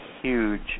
huge